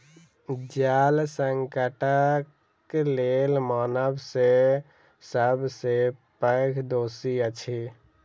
जल संकटक लेल मानव सब सॅ पैघ दोषी अछि